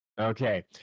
Okay